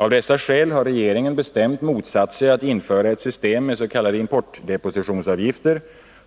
Av dessa skäl har regeringen bestämt motsatt sig att införa ett system med s.k. importdepositionsavgifter,